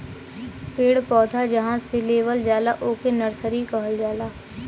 पेड़ पौधा जहां से लेवल जाला ओके नर्सरी कहल जाला